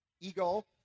ego